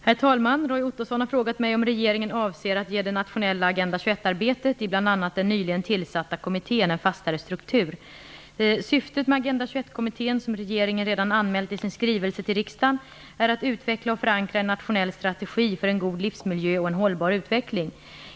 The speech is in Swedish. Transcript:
Herr talman! Roy Ottosson har frågat mig om regeringen avser att ge det nationella Agenda 21-arbetet i bl.a. den nyligen tillsatta kommittén en fastare struktur. Syftet med Agenda 21-kommittén, som regeringen redan anmält i sin skrivelse till riksdagen , är att utveckla och förankra en nationell strategi för en god livsmiljö och en hållbar utveckling.